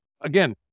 again